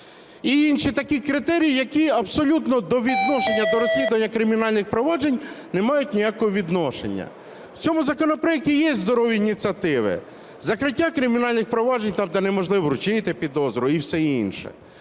І інші такі критерії, які абсолютно до розслідування кримінальних проваджень не мають ніякого відношення. В цьому законопроекті є здорові ініціативи: закриття кримінальних проваджень там, де неможливо вручити підозру, і все інше.